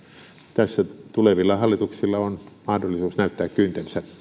tässä tulevilla hallituksilla on myöskin mahdollisuus näyttää kyntensä